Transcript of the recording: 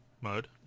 mode